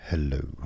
Hello